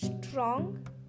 strong